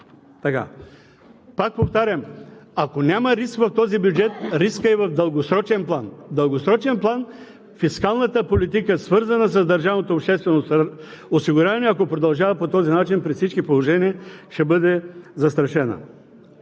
Пак повтарям – ако няма риск в този бюджет, рискът е в дългосрочен план. В дългосрочен план фискалната политика, свързана с държавното обществено осигуряване, ако продължава по този начин, при всички положения ще бъде застрашена.